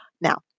Now